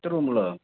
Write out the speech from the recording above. ഒറ്റ റൂം ഉള്ളതാണോ